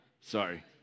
Sorry